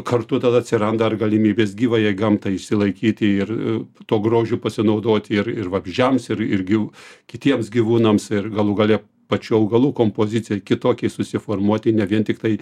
kartu tada atsiranda ir galimybės gyvajai gamtai išsilaikyti ir tuo grožiu pasinaudoti ir ir vabzdžiams ir irgi kitiems gyvūnams ir galų gale pačių augalų kompozicijai kitokiai susiformuoti ne vien tiktai